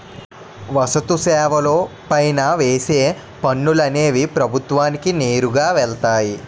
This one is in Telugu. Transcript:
వస్తు సేవల పైన వేసే పనులు అనేవి ప్రభుత్వానికి నేరుగా వెళ్తాయి